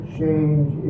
change